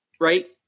right